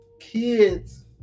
kids